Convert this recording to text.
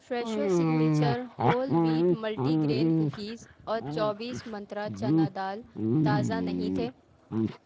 Fresho signature whole wheat multi grain cookies اور چوبیس منترا چنا دال تازہ نہیں تھے